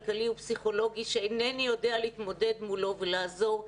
כלכלי ופסיכולוגי שאינני יודע להתמודד מולו ולעזור,